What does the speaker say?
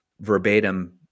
verbatim